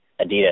Adidas